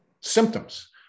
symptoms